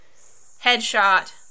headshot